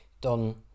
done